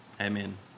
Amen